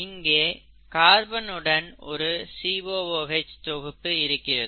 இங்கே கார்பன் உடன் ஒரு COOH தொகுப்பு இருக்கிறது